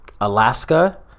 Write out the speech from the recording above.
Alaska